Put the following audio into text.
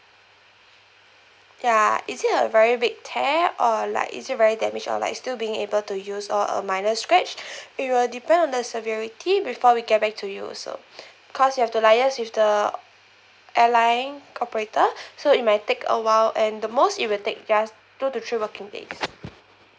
ya is it a very big tear or like is it very damaged or like still being able to use or a minor scratch it will depend on the severity before we get back to you also because we have to liaise with the airline operator so it might take awhile and the most it will take just two to three working days